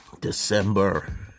December